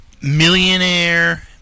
millionaire